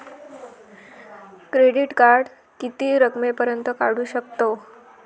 Credit card किती रकमेपर्यंत काढू शकतव?